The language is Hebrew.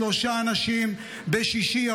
שלושה אנשים בשישי.